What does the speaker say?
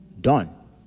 done